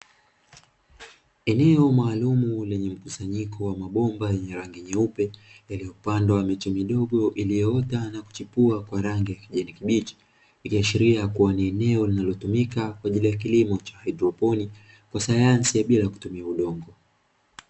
Eneo maalumu lenye mkusanyiko wa mabomba yenye rangi nyeupe yaliyopandwa miche dogo iliyoota na kuchipua kwa rangi ya kijani kibichi ikiashiria kuwa ni eneo linalotumika kwa ajili ya kilimo cha haidroponi cha sayansi ya bila kutumia udongo.